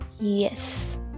yes